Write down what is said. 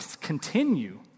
continue